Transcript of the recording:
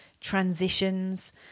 transitions